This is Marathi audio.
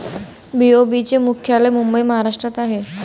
बी.ओ.बी चे मुख्यालय मुंबई महाराष्ट्रात आहे